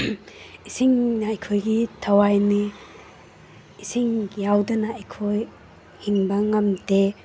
ꯏꯁꯤꯡꯅ ꯑꯩꯈꯣꯏꯒꯤ ꯊꯋꯥꯏꯅꯤ ꯏꯁꯤꯡ ꯌꯥꯎꯗꯅ ꯑꯩꯈꯣꯏ ꯍꯤꯡꯕ ꯉꯝꯗꯦ